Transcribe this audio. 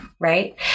Right